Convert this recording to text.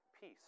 peace